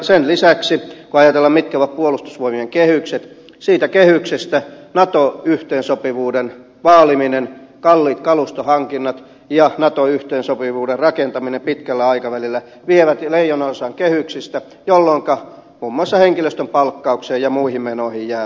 sen lisäksi kun ajatellaan mitkä ovat puolustusvoimien kehykset nato yhteensopivuuden vaaliminen kalliit kalustohankinnat ja nato yhteensopivuuden rakentaminen pitkällä aikavälillä vievät leijonanosan kehyksistä jolloinka muun muassa henkilöstön palkkaukseen ja muihin menoihin jää vähemmän